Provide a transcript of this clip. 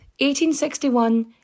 1861